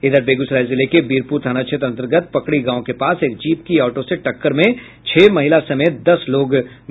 इधर बेगूसराय जिले के बीरपुर थाना क्षेत्र अंतर्गत पकड़ी गांव के पास एक जीप की ऑटो से टक्कर में छह महिला समेत दस लोग घायल हो गये